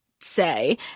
say